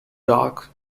dark